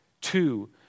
Two